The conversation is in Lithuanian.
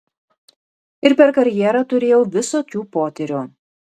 ir per karjerą turėjau visokių potyrių